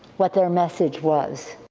what their message was.